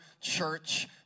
church